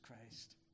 Christ